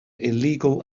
illegal